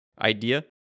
idea